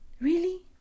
Really